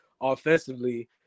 offensively